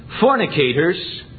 fornicators